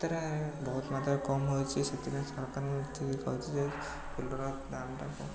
ତା' ଭିତରେ ବହୁତ ମାତ୍ରାରେ କମ୍ ହେଉଛି ସେଥିପାଇଁ ସରକାରଙ୍କୁ କହିଛି ଯେ ଫୁଲର ଦାମ୍ଟା